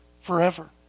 forever